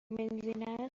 بنزین